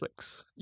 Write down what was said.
Netflix